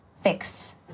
fix